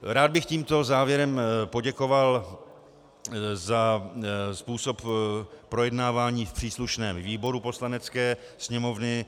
Rád bych tímto závěrem poděkoval za způsob projednávání v příslušném výboru Poslanecké sněmovny.